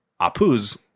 Apu's